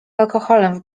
alkoholem